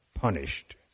Punished